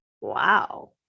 wow